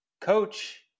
Coach